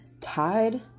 tied